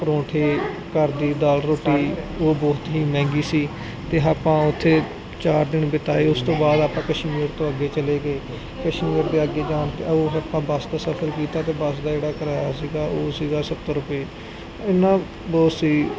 ਪਰੋਂਠੇ ਘਰ ਦੀ ਦਾਲ ਰੋਟੀ ਉਹ ਬਹੁਤ ਹੀ ਮਹਿੰਗੀ ਸੀ ਤੇ ਆਪਾਂ ਉਥੇ ਚਾਰ ਦਿਨ ਬਿਤਾਏ ਉਸ ਤੋਂ ਬਾਅਦ ਆਪਾਂ ਕਸ਼ਮੀਰ ਤੋਂ ਅੱਗੇ ਚਲੇ ਗਏ ਕਸ਼ਮੀਰ ਦੇ ਅੱਗੇ ਜਾਣ ਤੇ ਓਹ ਫਿਰ ਆਪਾਂ ਬੱਸ ਦਾ ਸਫਰ ਕੀਤਾ ਤੇ ਬੱਸ ਦਾ ਜਿਹੜਾ ਕਰਾਇਆ ਸੀਗਾ ਉਹ ਸੀਗਾ ਸੱਤਰ ਰੁਪਏ ਇਨਾ ਬਹੁਤ ਸੀ